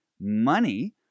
money